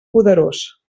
poderós